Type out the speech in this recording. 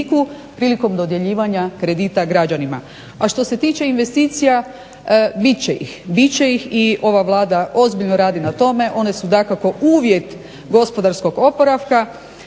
prilikom dodjeljivanja kredita građanima. A što se tiče investicija bit će ih, bit će ih i ova Vlada ozbiljno radi na tome. One su dakako uvjet gospodarskog oporavka.